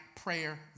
prayer